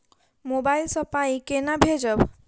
Mobile सँ पाई केना भेजब?